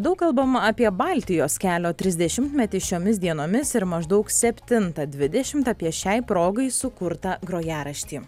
daug kalbama apie baltijos kelio trisdešimtmetį šiomis dienomis ir maždaug septintą dvidešimt apie šiai progai sukurtą grojaraštį